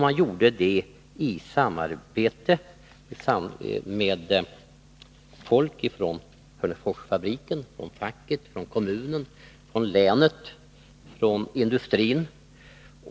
Man gjorde det i samarbete med folk från Hörneforsfabriken, facket, kommunen, länet och industrin.